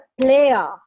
player